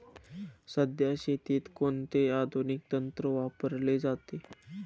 सध्या शेतीत कोणते आधुनिक तंत्र वापरले जाते?